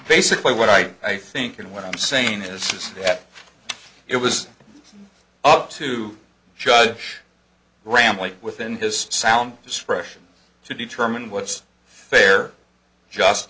basically what i think and what i'm saying is just that it was up to judge ramle within his sound discretion to determine what's fair just